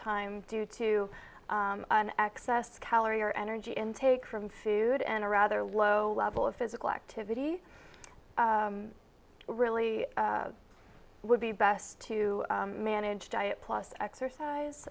time due to access calorie or energy intake from food and a rather low level of physical activity really would be best to manage diet plus exercise